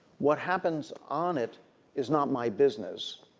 what happens on it is not my business.